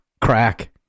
crack